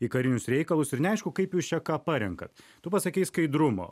į karinius reikalus ir neaišku kaip jūs čia ką parenkat tu pasakei skaidrumo